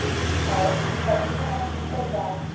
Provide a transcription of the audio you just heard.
he called, but, even as he said that,